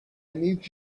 need